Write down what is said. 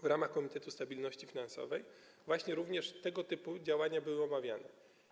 W ramach Komitetu Stabilności Finansowej również tego typu działania były omawiane.